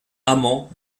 amant